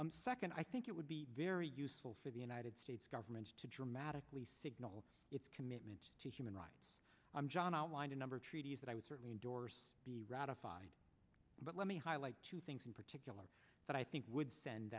a second i think it would be very useful for the united states government to dramatically signal its commitment to human rights i'm john i want a number of treaties that i would certainly endorse be ratified but let me highlight two things in particular that i think would send